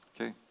Okay